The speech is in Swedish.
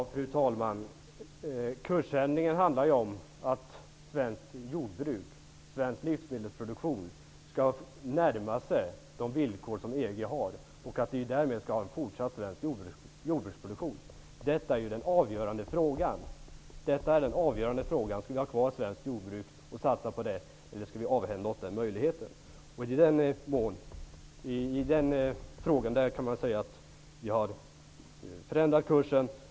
Fru talman! Kursändringen handlar om att svenskt jordbruk och svensk livsmedelsproduktion skall närma sig de villkor som EG har, för att vi därmed skall kunna ha en fortsatt svensk jordbruksproduktion. Detta är den avgörande frågan. Skall vi ha kvar svenskt jordbruk och satsa på det eller skall vi avhända oss den möjligheten? I den frågan kan man säga att vi har förändrat kursen.